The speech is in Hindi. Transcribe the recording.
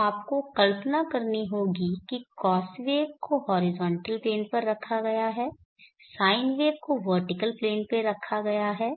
तो आपको कल्पना करनी होगी कि कॉस वेव को हॉरिजॉन्टल प्लेन पर रखा गया है साइन वेव को वर्टिकल प्लेन पर रखा गया है